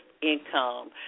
income